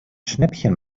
schnäppchen